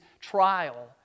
trial